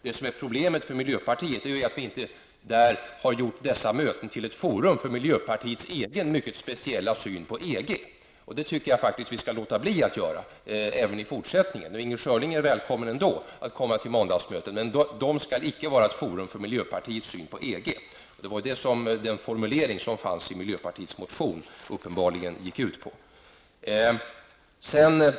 Det som är problemet för miljöpartiet är att vi inte har gjort dessa möten till ett forum för miljöpartiets egen mycket speciella syn på EG, och det tycker jag faktiskt att vi skall låta bli att göra även i fortsättningen. Inger Schörling är välkommen ändå att komma till måndagsmötena, men de skall inte vara ett forum för miljöpartiets syn på EG. Det var ju detta som en formulering i miljöpartiets reservation uppenbarligen gick ut på.